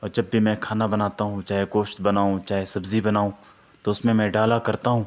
اور جب بھی میں کھانا بناتا ہوں چاہے گوشت بناؤں چاہے سبزی بناؤں تو اس میں میں ڈالا کرتا ہوں